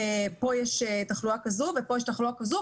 פה יש תחלואה כזו ופה יש תחלואה כזו,